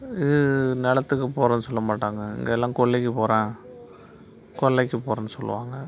இது நிலதுக்கு போகிற சொல்ல மாட்டாங்க இங்கே எல்லாம் கொல்லைக்கு போகிற கொல்லைக்கு போகிறன்னு சொல்லுவாங்கள்